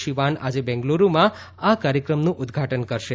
શીવાન આજે બેંગાલુરૂમાં આ કાર્યક્રમનું ઉદ્ઘાટન કરશે